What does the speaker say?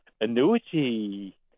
annuity